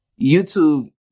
YouTube